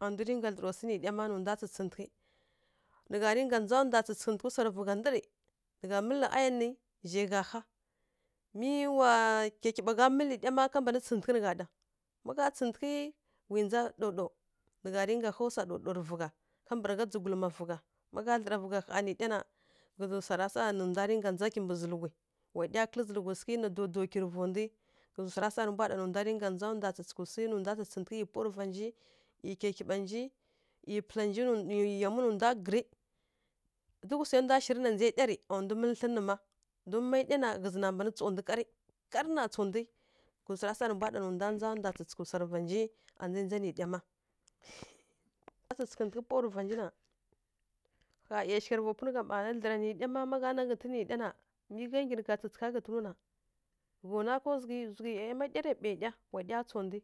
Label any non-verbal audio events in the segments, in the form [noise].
A ndwi rǝnka dlǝra swu nǝ ɗya ma nǝ ndwa rǝnka tsǝtsǝghtǝghǝ, nǝ gha ringa ndza ndwa tsǝtsǝghtǝghǝ swarǝ vǝ gha ndǝrǝ. Nǝ gha mǝlǝ ayon rǝ zhai gha há, mi wa kyikyiɓa gha mǝlǝ ɗya ma ka mban tsǝghtǝghǝ nǝ gha ɗa ma gha tsǝghtǝghǝ. Wu ndza daw-daw nǝ gha ringa há swa daw-daw rǝ vǝ gha. Kambǝragha dzǝghuma vǝ gha ma ghá dlǝra vǝ gha nǝ ɗya na ghǝzǝ swara sa nǝ ndwa ringa ndza kimbǝ zǝlǝghwi wa ɗya kǝlǝ zǝlǝghwi sǝghǝ na kirǝ vondwi ghǝzǝ swara sa rǝ mbwa ɗana nǝ ndwa ringa ndza ndwa tsǝtsǝghǝ swi nǝ ndwa tsǝtsǝghǝ ˈyi pawa rǝ vanji ˈyi kyikyiɓa nji ˈyi pǝla nji ˈyi yamwi nǝ ndwa ghǝrǝ. Duk swai ndwa shirǝ na ndza ɗya rǝ a ndwi mǝlǝ thlǝn nǝ ma don ma ɗya na ghǝzǝ na mban tsiw ndwi kar karǝ na tsa ndwi. Ghǝzǝ swara sa nǝ ndwa ndza ndwa tsǝtsǝghǝ swarǝ vanji, a nji ndza nǝ ɗya ma [noise] ma ndwa tsǝtsǝghǝ pawa rǝ vanji na, ƙha ˈyashigha rǝ vapunǝ gha ma anǝ dlǝra nǝ ɗya ma mi gha nggyi nǝ gha tsǝtsǝghǝ ghǝtǝw na, nǝ gha nwa ka zughǝ, zughǝ ma ɗya rai ɓai ɗya wa ɗya tsaw ndwi.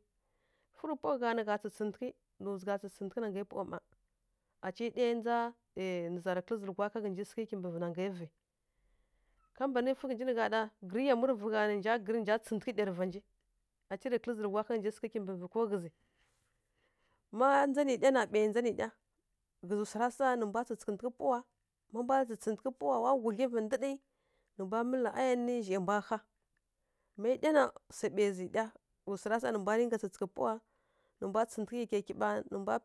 Fǝw pawa gha nǝ gha tsǝtsǝghǝtǝghǝ nǝ zugha tsǝtsǝghǝ nangai pawa ma. Aci ɗya ndza nǝ ghǝza rǝ kǝlǝ zǝlǝghwa ka ghǝnji kimbǝ nangai vǝ ka mban fǝ ghǝnji nǝ gha ɗa gǝrǝ yamwi rǝ vǝ gha nǝ nja tsǝghǝtǝghǝ ɗya rǝ vanji. Aci rǝ kǝlǝ zǝlǝghwa ghǝnji kimbǝ ko ghǝzǝ, ma ndza nǝ ɗya na ɓai ndza nǝ ɗya ghǝzǝ swara sa nǝ mbwa tsǝtsǝghǝtǝghǝ pawa. Má mbwa tsǝtsǝghǝ pawa wa gudlyivǝ ndǝɗǝ, nǝ mbwa mǝlǝ ayon nǝ zhai mbwa há. Má ɗya na swai ɓai zǝ ɗya. Ghǝzǝ swara sa nǝ mbwa ringa tsǝtsǝghǝ pawa, nǝ mbwa tsǝtsǝghǝ kyaikyiɓa.